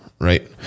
Right